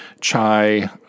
chai